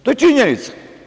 To je činjenica.